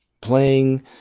playing